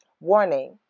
Warning